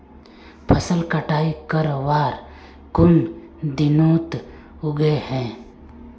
फसल कटाई करवार कुन दिनोत उगैहे?